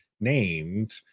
named